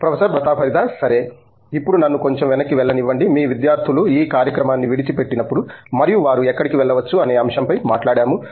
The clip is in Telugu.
ప్రొఫెసర్ ప్రతాప్ హరిదాస్ సరే ఇప్పుడు నన్ను కొంచెం వెనక్కి వెళ్ళనివ్వండి మీ విద్యార్థులు ఈ కార్యక్రమాన్ని విడిచి పెట్టినప్పుడు మరియు వారు ఎక్కడికి వెళ్ళవచ్చు అనే అంశం పై మాట్లాడాము